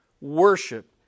Worship